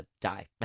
die